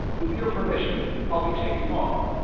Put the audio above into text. with your permission, i'll be taking off.